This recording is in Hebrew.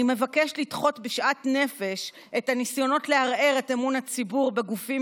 "אני מבקש לדחות בשאט נפש את הניסיונות לערער את אמון הציבור בגופים